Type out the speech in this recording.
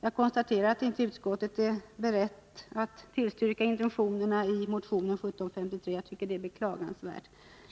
Jag konstaterar att utskottet inte är berett att tillstyrka intentionerna i motionen 1753, och jag tycker det är beklagansvärt.